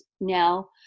now